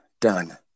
Done